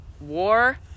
war